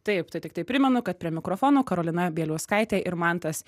taip tik tiktai primenu kad prie mikrofono karolina bieliauskaitė ir mantas